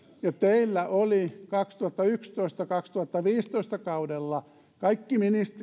ja teillä oli kaksituhattayksitoista viiva kaksituhattaviisitoista kaudella kaikki